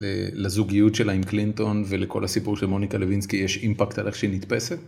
לזוגיות שלה עם קלינטון ולכל הסיפור של מוניקה לוינסקי יש אימפקט על איך שהיא נתפסת.